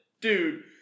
Dude